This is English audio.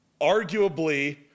arguably